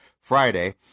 Friday